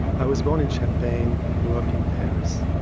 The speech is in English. i was born in champagne, grew up in paris.